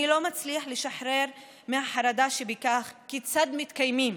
אני לא מצליח לשחרר מהחרדה שבכך, כיצד מתקיימים?"